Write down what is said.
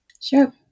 Sure